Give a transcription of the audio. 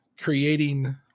creating